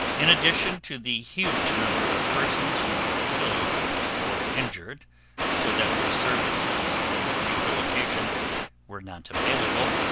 in addition to the huge number of persons who were killed or injuried so that their services in rehabilitation were not available,